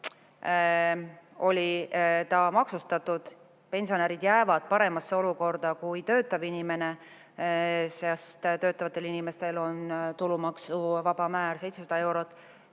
oli see maksustatud. Aga pensionärid jäävad paremasse olukorda kui töötav inimene, sest töötavatel inimestel on tulumaksuvaba määr 700 eurot,